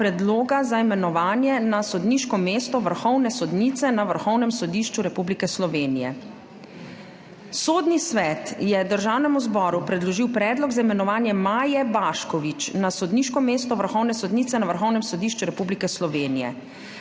Predloga za imenovanje na sodniško mesto vrhovne sodnice na Vrhovnem sodišču Republike Slovenije. Sodni svet je Državnemu zboru predložil predlog za imenovanje Maje Baškovič na sodniško mesto vrhovne sodnice na Vrhovnem sodišču Republike Slovenije.